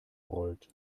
rollt